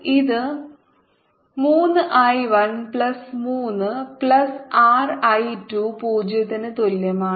ഇത് 3 I 1 plus 3 plus R I 2 0 ന് തുല്യമാണ്